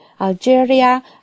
Algeria